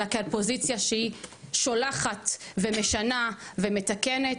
אלא על פוזיציה שהיא שולחת ומשנה ומתקנת.